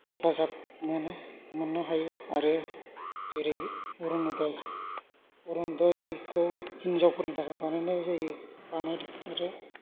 हेफाजाब मोनो मोननो हायो आरो जेरै अरुनदय अरुनदयखौ हिनजावफोरनि थाखाय बानायनाय जायो बानायदों आरो